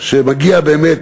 שמגיע באמת